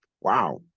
wow